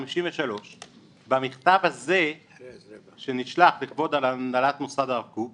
53'. במכתב הזה שנשלח לכבוד הנהלת מוסד הרב קוק,